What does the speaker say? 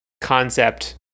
concept